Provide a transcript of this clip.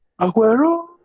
Aguero